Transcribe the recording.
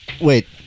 wait